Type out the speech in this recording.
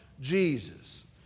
Jesus